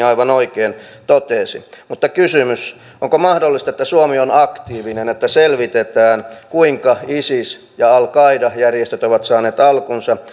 aivan oikein totesi mutta kysymys onko mahdollista että suomi on aktiivinen että selvitetään kuinka isis ja al qaida järjestöt ovat saaneet alkunsa